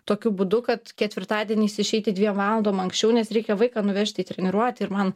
tokiu būdu kad ketvirtadieniais išeiti dviem valandom anksčiau nes reikia vaiką nuvežti į treniruotę ir man